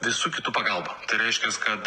visų kitų pagalba tai reiškias kad